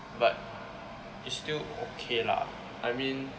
but it's still okay lah I mean